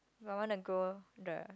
I want to go the